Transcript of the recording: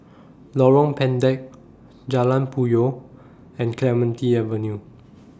Lorong Pendek Jalan Puyoh and Clementi Avenue